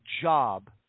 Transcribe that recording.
job